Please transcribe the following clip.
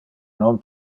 non